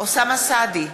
אוסאמה סעדי,